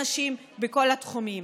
בכל התחומים?